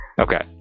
Okay